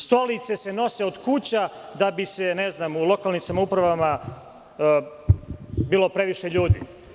Stolice se nose od kuća da bi u lokalnim samoupravama bilo previše ljudi.